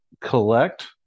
Collect